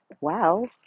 Wow